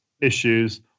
issues